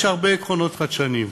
יש הרבה עקרונות חדשניים,